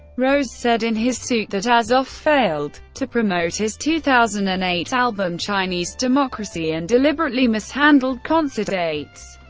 rose said in his suit that azoff failed to promote his two thousand and eight album, chinese democracy, and deliberately mishandled concert dates,